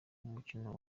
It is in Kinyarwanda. mukino